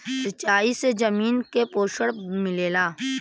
सिंचाई से जमीन के पोषण मिलेला